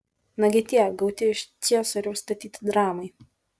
nagi tie gauti iš ciesoriaus statyti dramai